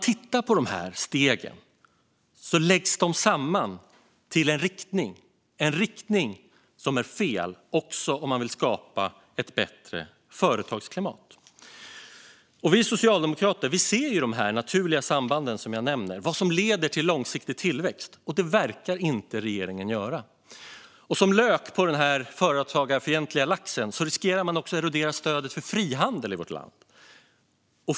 Dessa steg läggs samman till en riktning som är fel också om man vill skapa ett bättre företagsklimat. Vi socialdemokrater ser de naturliga samband jag nämner, alltså vad som leder till långsiktig tillväxt, men det verkar inte regeringen göra. Som lök på denna företagarfientliga lax riskerar man dessutom att erodera stödet för frihandel i vårt land.